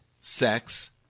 sex